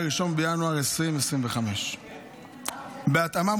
1 בינואר 2025. בהתאמה,